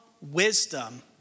wisdom